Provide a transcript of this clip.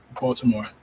Baltimore